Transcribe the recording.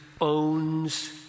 owns